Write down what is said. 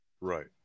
Right